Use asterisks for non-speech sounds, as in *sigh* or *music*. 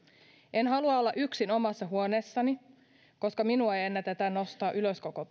en halua olla yksin omassa huoneessani koska minua ei ennätetä nostaa ylös koko *unintelligible*